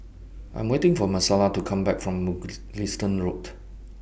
I Am waiting For Marcela to Come Back from Mugliston Road